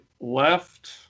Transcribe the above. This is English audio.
left